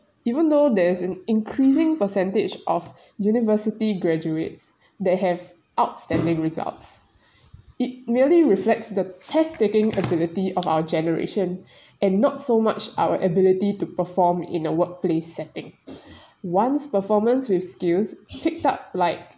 even though there is an increasing percentage of university graduates that have outstanding results it merely reflects the test taking ability of our generation and not so much our ability to perform in the workplace setting one's performance with skills picked up like